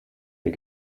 ihr